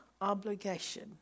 obligation